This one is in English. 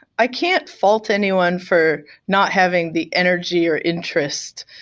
i can't fault anyone for not having the energy or interest.